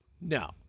no